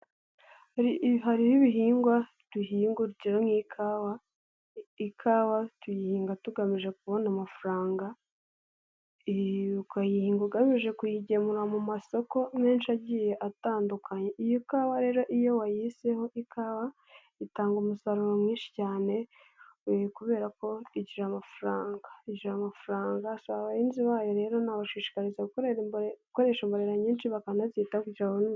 Hariho ibihingwa duhinga, urugero nk'ikawa, ikawa tuyihinga tugamije kubona amafaranga ukayihinga ugamije kuyigemura mu masoko menshi agiye atandukanye. Iyo kawa rero iyo wayiseho ikawa itanga umusaruro mwinshi cyane kubera ko igira amafaranga igira amafaranga abahinzi bayo rero nabashikariza gukoresha imborera nyinshi bakanazitaho kugira ngo....